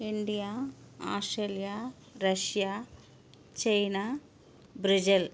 India Australia Russia China Brazil